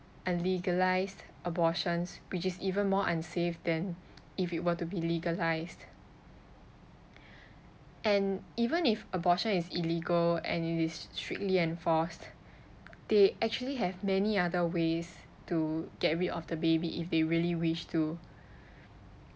unlegalised abortions which is even more unsafe than if it were to be legalised and even if abortion is illegal and it is strictly enforced they actually have many other ways to get rid of the baby if they really wish to